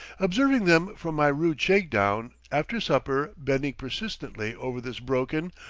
observing them from my rude shake-down, after supper, bending persistently over this broken,